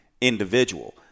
individual